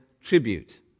tribute